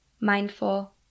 mindful